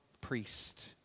priest